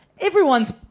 everyone's